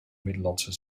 middellandse